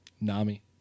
Nami